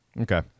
Okay